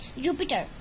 Jupiter